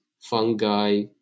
fungi